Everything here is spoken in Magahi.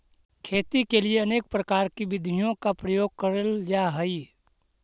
खेती के लिए अनेक प्रकार की विधियों का प्रयोग करल जा हई